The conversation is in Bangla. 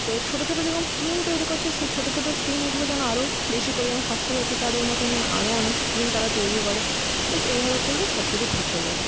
তো ছোটো ছোটো যেরকম স্কিম তৈরি করছে সেই ছোটো ছোটো স্কিমগুলো যেন আরো বেশি করে যেমন স্বাস্থ্য সাথি কার্ডের মতোন যেন আরো অনেক স্কিম তারা তৈরি করে ব্যাস এইভাবে করলে সব কিছু ঠিক হয়ে যাবে